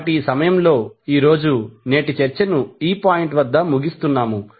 కాబట్టి ఈ సమయంలో ఈరోజు నేటి చర్చను ఈ పాయింట్ వద్ద ముగిస్తున్నాము